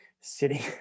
sitting